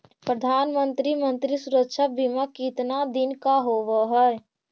प्रधानमंत्री मंत्री सुरक्षा बिमा कितना दिन का होबय है?